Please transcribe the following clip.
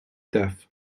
death